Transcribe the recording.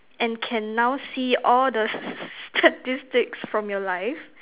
and can now see all the statistics from your life